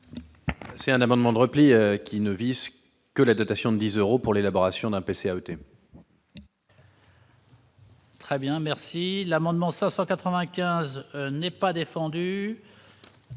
C'est un amendement de repli qui ne vise que la dotation 10 euros pour l'élaboration d'un PC a voté. Très bien, merci l'amendement 595 n'est pas défendu.